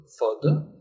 further